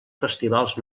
festivals